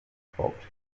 pobres